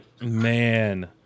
Man